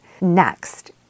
Next